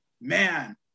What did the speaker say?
man